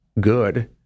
good